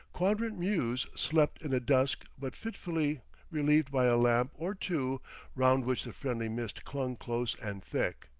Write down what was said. quadrant mews slept in a dusk but fitfully relieved by a lamp or two round which the friendly mist clung close and thick.